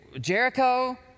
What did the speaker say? Jericho